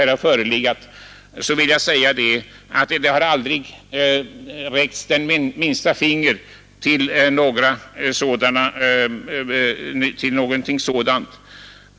Jag vill mot detta invända att det inte har höjts ett finger för att åstadkomma någonting sådant.